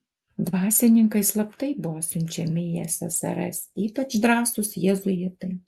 dvasininkai slaptai buvo siunčiami į ssrs ypač drąsūs jėzuitai